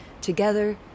Together